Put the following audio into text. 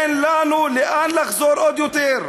אין לנו לאן לחזור עוד יותר.